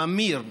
הממיר,